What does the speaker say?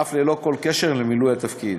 אף ללא כל קשר למילוי תפקיד,